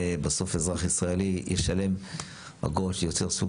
ובסוף אזרח ישראלי ישלם אגרות שיוצר סוג